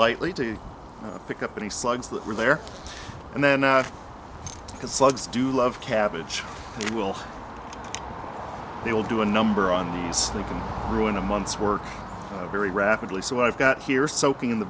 lightly to pick up any slugs that were there and then out because slugs do love cabbage will they will do a number on these they can ruin a month's work very rapidly so i've got here soaking in the